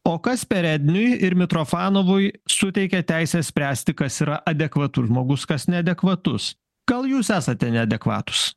o kas peredniui ir mitrofanovui suteikė teisę spręsti kas yra adekvatus žmogus kas neadekvatus gal jūs esate neadekvatūs